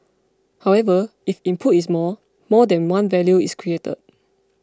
however if input is more more than one value is created